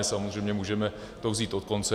Samozřejmě můžeme to vzít od konce.